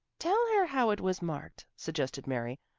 tell her how it was marked, suggested mary.